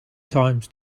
times